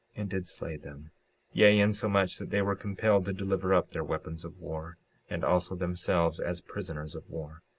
and did slay them yea, insomuch that they were compelled to deliver up their weapons of war and also themselves as prisoners of war.